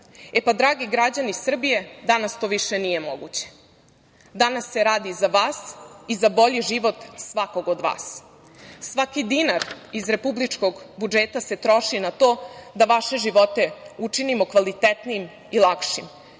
pa, dragi građani Srbije, danas to više nije moguće. Danas se radi za vas i za bolji život svakog od vas. Svaki dinar iz republičkog budžeta se troši na to da vaše živote učinimo kvalitetnijim i lakšim,